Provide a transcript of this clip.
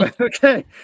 okay